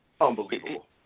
Unbelievable